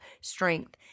strength